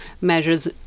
measures